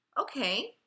okay